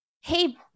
hey